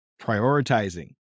Prioritizing